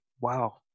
Wow